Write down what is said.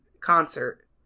concert